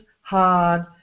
hard